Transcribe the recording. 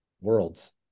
worlds